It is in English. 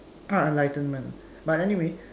ah enlightenment but anyway